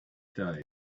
day